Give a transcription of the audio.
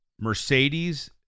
Mercedes